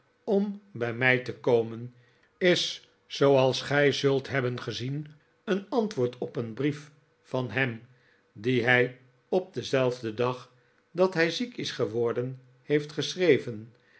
om bij mij te komen is zooals gij zult hebben gezien een antwoord op een brief van hem dien hij op denzelfden dag dat hij ziek is geworden heeft geschreven